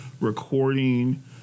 recording